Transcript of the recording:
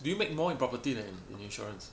do you make more in property than in in insurance